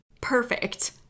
Perfect